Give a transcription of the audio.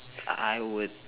I would